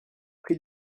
prix